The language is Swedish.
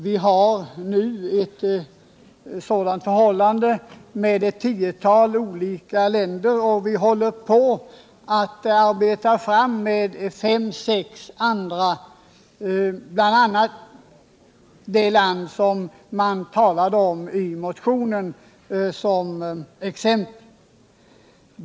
Vi har i Sverige löst frågan på det sättet i förhållande till ett tiotal olika länder, och konventioner med fem eller sex andra håller på att arbetas fram, bl.a. med det land som i motionen nämndes som exempel.